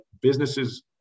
businesses